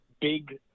big